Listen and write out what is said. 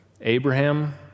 Abraham